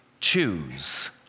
choose